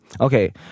Okay